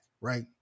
Right